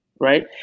right